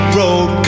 road